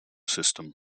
system